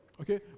Okay